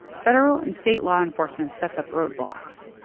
federal and state law enforcement sets up roadblocks.